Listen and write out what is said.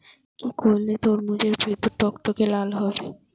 কি করলে তরমুজ এর ভেতর টকটকে লাল হবে?